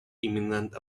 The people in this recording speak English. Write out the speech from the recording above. imminent